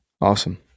Awesome